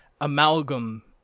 amalgam